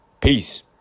peace